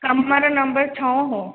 कमरो नम्बर छहों हो